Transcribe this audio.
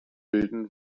bilden